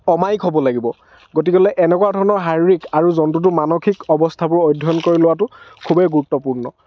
অমায়িক হ'ব লাগিব গতিকে এনেকুৱা ধৰণৰ শাৰিৰীক আৰু জন্তুটোৰ মানসিক অৱস্থাবোৰ অধ্যয়ন কৰি লোৱাটো খুবেই গুৰুত্বপূৰ্ণ